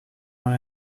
one